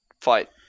fight